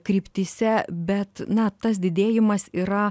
kryptyse bet na tas didėjimas yra